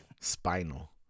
Spinal